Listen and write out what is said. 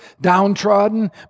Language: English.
downtrodden